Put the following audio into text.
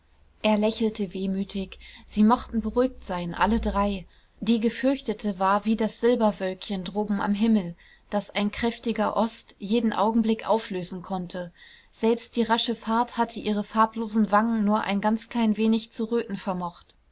er lächelte wehmütig sie mochten beruhigt sein alle drei die gefürchtete war wie das silberwölkchen droben am himmel das ein kräftiger ost jeden augenblick auflösen konnte selbst die rasche fahrt hatte ihre farblosen wangen nur ein ganz klein wenig zu röten vermocht